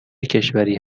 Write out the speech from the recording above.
کشوری